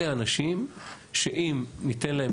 אלה אנשים שאם ניתן להם